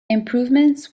improvements